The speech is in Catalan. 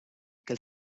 que